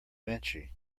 vinci